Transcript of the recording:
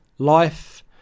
life